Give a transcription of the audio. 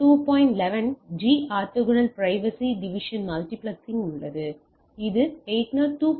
11 g orthogonal frequency division multiplexing உள்ளது இது 802